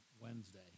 Wednesday